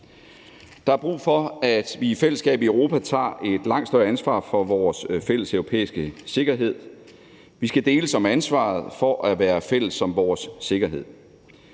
Der er brug for, at vi i fællesskab i Europa tager et langt større ansvar for vores fælles europæiske sikkerhed. Vi skal deles om ansvaret for at være fælles om vores sikkerhed.